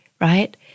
right